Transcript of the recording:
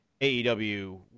AEW